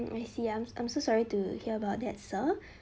I see ya I'm so sorry to hear about that sir